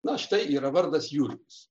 na štai yra vardas jurgis